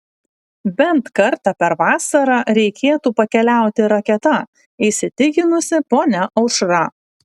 bent kartą per vasarą reikėtų pakeliauti raketa įsitikinusi ponia aušra